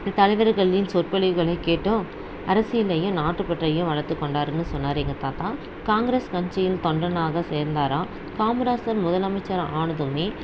தலைவர்களின் சொற்பொழிவுகளை கேட்டும் அரசியலையும் நாட்டுபற்றையும் வளத்துக்கொண்டார்ன்னு சொன்னார் எங்கள் தாத்தா காங்கிரஸ் கட்சியின் தொண்டனாக சேர்ந்தாராம் காமராஜர் முதலமைச்சர் ஆனதுமே